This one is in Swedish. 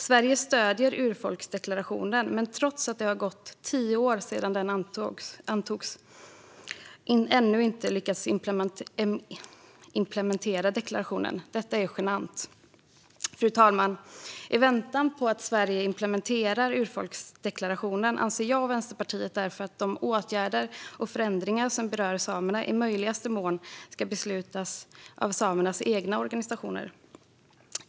Sverige stöder urfolksdeklarationen men har, trots att det gått tio år sedan den antogs, ännu inte lyckats implementera deklarationen. Det är genant. Fru talman! I väntan på att Sverige implementerar urfolksdeklarationen anser därför jag och Vänsterpartiet att de åtgärder och förändringar som berör samerna i möjligaste mån ska beslutas av samernas egna organisationer.